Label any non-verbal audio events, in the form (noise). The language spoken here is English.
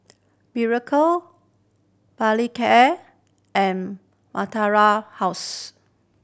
Berocca Molicare and (unintelligible) House